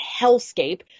hellscape